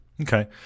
Okay